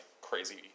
crazy